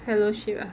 fellowship